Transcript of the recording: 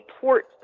port